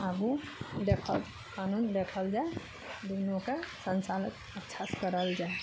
आगू देखल कानून देखल जाय दुनू के संचालक अच्छा से करल जाय